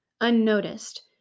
Unnoticed